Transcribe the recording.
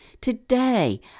Today